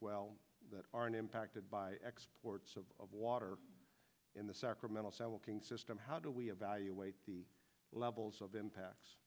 well that aren't impacted by exports of of water in the sacramento kings system how do we evaluate the levels of impacts